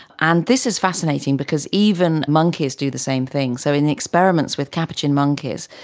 and this is fascinating because even monkeys do the same thing. so in the experiments with capuchin monkeys,